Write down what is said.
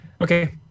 okay